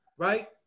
right